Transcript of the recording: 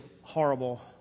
horrible